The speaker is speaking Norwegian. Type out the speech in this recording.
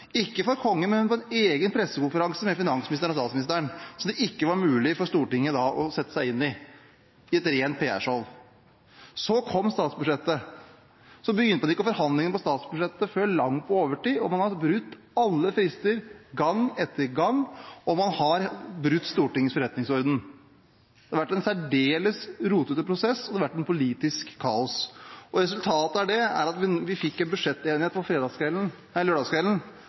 ikke i Stortinget i plenum, ikke for Kongen, men i en egen pressekonferanse med finansministeren og statsministeren, så det ikke var mulig for Stortinget å sette seg inn i det, i et rent PR-show. Så kom statsbudsjettet. En begynte ikke forhandlingene om statsbudsjettet før langt på overtid, og en brøt alle frister gang etter gang, og man har brutt Stortingets forretningsorden. Det har vært en særdeles rotete prosess, og det har vært et politisk kaos. Resultatet av det er at vi fikk en budsjettenighet